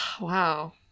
Wow